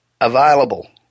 available